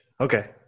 Okay